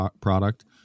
product